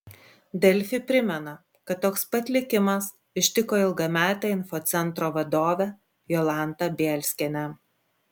delfi primena kad toks pat likimas ištiko ilgametę infocentro vadovę jolantą bielskienę